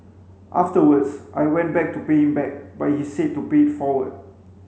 afterwards I went back to pay him back but he said to pay it forward